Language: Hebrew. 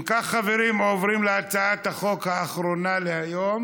אם כך, חברים, עוברים להצעת החוק האחרונה להיום